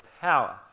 power